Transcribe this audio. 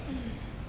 mm